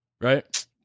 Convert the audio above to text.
right